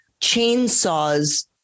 chainsaws